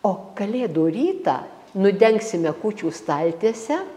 o kalėdų rytą nudengsime kūčių staltiesę